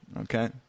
okay